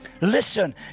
listen